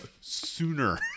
sooner